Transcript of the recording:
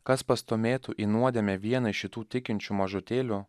kas pastūmėtų į nuodėmę vieną iš šitų tikinčių mažutėlių